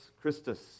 Christus